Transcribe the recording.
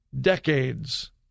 decades